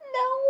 no